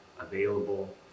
available